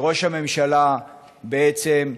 שראש הממשלה, בעצם,